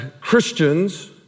Christians